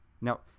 Now